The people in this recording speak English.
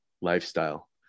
lifestyle